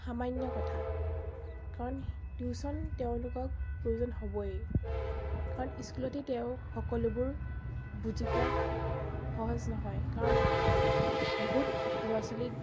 সামান্য কথা কাৰণ টিউশ্যন তেওঁলোকক প্ৰয়োজন হ'বই কাৰণ স্কুলতে তেওঁ সকলোবোৰ বুজি পোৱা স সহজ নহয় কাৰণ বহুত ল'ৰা ছোৱালী